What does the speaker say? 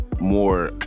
more